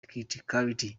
criticality